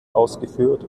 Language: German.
ausgeführt